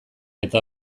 eta